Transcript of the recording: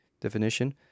definition